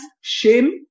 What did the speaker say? shame